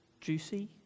juicy